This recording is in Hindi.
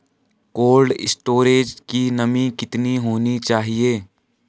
कोल्ड स्टोरेज की नमी कितनी होनी चाहिए?